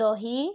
ଦହି